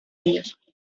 ellos